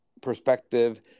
perspective